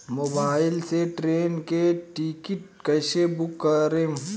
Mobile से train के ticket कैसे बूक करेम?